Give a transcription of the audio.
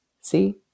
see